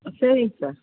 சரிங் சார்